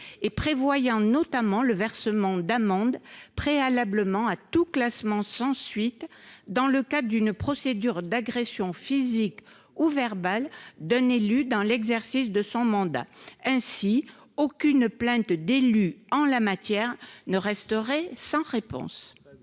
prévoyant le versement d'une amende, préalablement à tout classement sans suite, dans le cadre d'une procédure d'agression physique ou verbale d'un élu dans l'exercice de son mandat. Ainsi, aucune plainte d'élu en la matière ne resterait sans réponse.